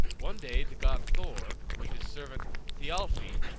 one day the god thor, with his servant thialfi,